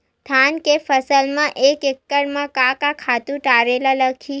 धान के फसल म एक एकड़ म का का खातु डारेल लगही?